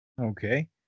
Okay